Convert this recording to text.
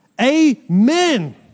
Amen